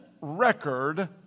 record